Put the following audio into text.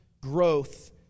growth